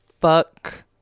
Fuck